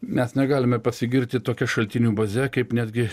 mes negalime pasigirti tokia šaltinių baze kaip netgi